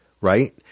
right